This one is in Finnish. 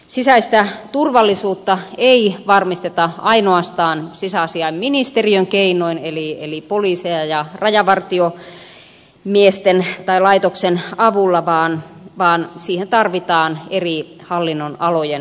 sisäistä turvallisuutta ei varmisteta ainoastaan sisäasiainministeriön keinoin eli poliisin ja rajavartiolaitoksen avulla vaan siihen tarvitaan eri hallinnonalojen yhteistyötä